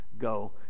go